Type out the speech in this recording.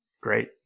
Great